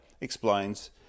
explains